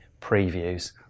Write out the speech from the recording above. previews